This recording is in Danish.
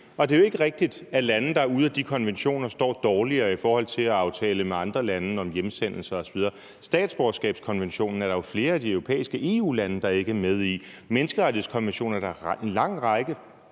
Og det er jo ikke rigtigt, at lande, der er ude af de konventioner, står dårligere i forhold til at aftale med andre lande om hjemsendelse osv. Statsborgerkonventionen er der jo flere af de europæiske EU-lande, der ikke er med i. Menneskerettighedskonventioner er der en lang række